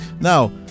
Now